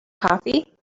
coffee